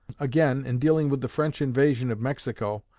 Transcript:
again, in dealing with the french invasion of mexico,